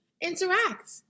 interact